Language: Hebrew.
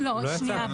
לא, שנייה.